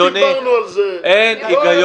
לא דיברנו על זה, לא היו דיונים.